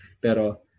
pero